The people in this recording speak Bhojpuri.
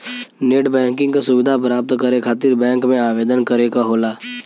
नेटबैंकिंग क सुविधा प्राप्त करे खातिर बैंक में आवेदन करे क होला